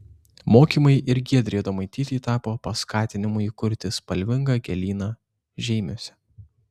mokymai ir giedrei adomaitytei tapo paskatinimu įkurti spalvingą gėlyną žeimiuose